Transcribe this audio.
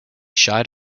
shied